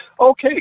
Okay